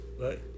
Right